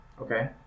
Okay